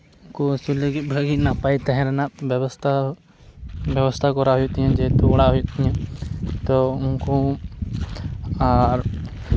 ᱩᱱᱠᱩ ᱟᱹᱥᱩᱞ ᱞᱟᱹᱜᱤᱫ ᱵᱷᱟᱹᱜᱤ ᱱᱟᱯᱟᱭ ᱛᱟᱦᱮᱸ ᱨᱮᱱᱟᱜ ᱵᱮᱵᱚᱥᱛᱷᱟ ᱵᱮᱵᱚᱥᱛᱷᱟ ᱠᱚᱨᱟᱣ ᱦᱩᱭᱩᱜ ᱛᱤᱧᱟᱹ ᱡᱮᱦᱩᱛᱩ ᱚᱲᱟᱜ ᱦᱩᱭᱩᱜ ᱛᱤᱧᱟᱹ ᱛᱚ ᱩᱱᱠᱩ ᱟᱨ